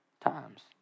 times